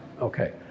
okay